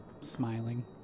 smiling